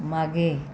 मागे